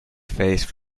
face